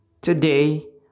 Today